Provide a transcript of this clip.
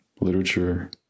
literature